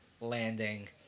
landing